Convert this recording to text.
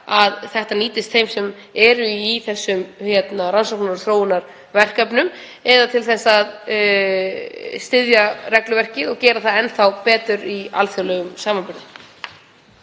að þetta nýtist þeim sem eru í rannsóknar- og þróunarverkefnum eða til að styðja regluverkið og gera það enn þá betra í alþjóðlegum samanburði.